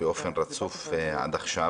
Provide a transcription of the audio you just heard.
ועד עכשיו.